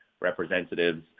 representatives